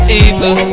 evil